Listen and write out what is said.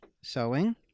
sewing